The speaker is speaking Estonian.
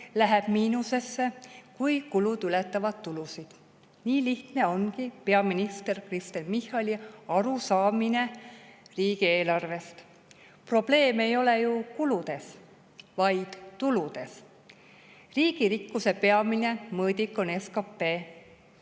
läheb miinusesse, kui kulud ületavad tulusid. Nii lihtne ongi peaminister Kristen Michali arusaamine riigieelarvest. Probleem ei ole ju kuludes, vaid tuludes. Riigi rikkuse peamine mõõdik on SKP,